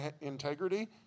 integrity